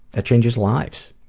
ah changes lives.